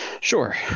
Sure